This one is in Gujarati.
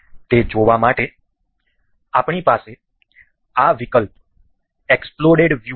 તે જોવા માટે આપણી પાસે આ વિકલ્પ એક્સપ્લોડેડ વ્યૂ છે